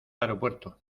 aeropuerto